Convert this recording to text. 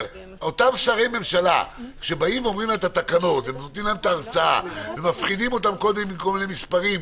אותם שרי ממשלה שנותנים להם את ההרצאה ומפחידים אותם עם כל מיני מספרים,